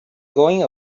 going